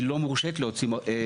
היא לא מורשית להוציא היתר בניה.